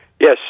Yes